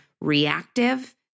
reactive